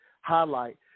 highlight